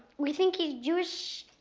we think he's jewish,